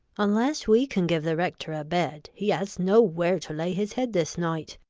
unless we can give the rector a bed he has nowhere to lay his head this night.